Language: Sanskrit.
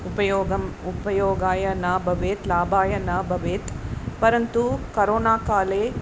उपयोगम् उपयोगाय न भवेत् लाभाय न भवेत् परन्तु करोनाकाले